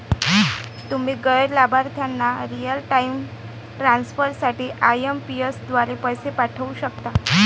तुम्ही गैर लाभार्थ्यांना रिअल टाइम ट्रान्सफर साठी आई.एम.पी.एस द्वारे पैसे पाठवू शकता